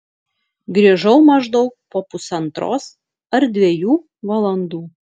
grįžau maždaug po pusantros ar dviejų valandų